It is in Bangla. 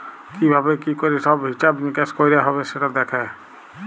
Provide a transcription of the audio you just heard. কি ভাবে কি ক্যরে সব হিছাব মিকাশ কয়রা হ্যবে সেটা দ্যাখে